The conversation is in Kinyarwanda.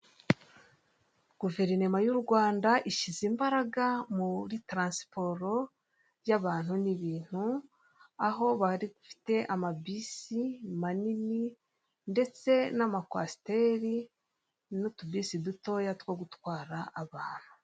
Guverinoma y'u Rwanda ishyize imbaraga muri taransiporo y'abantu n'ibintu, aho bafite amabisi manini ndetse n'amakwasiteri n'utubisi dutoya two gutwara abantu.